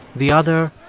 the other,